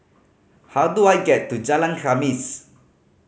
how do I get to Jalan Khamis